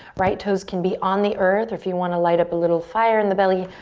right toes can be on the earth. if you want to light up a little fire in the belly,